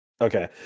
Okay